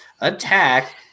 attack